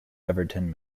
everton